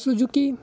Suzuki